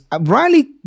Riley